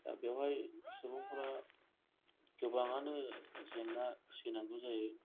दा बेवहाय सुबुंफोरा गोबांआनो जेंना सैनांगौ जायो